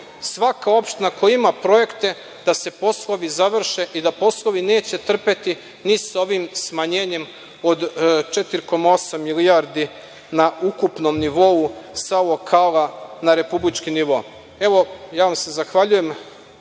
svaka opština koja ima projekte da se poslovi završe i da poslovi neće trpeti ni sa ovim smanjenjem od 4,8 milijardi na ukupnom nivou sa lokala na republički nivo. Zahvaljujem